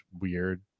weird